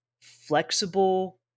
Flexible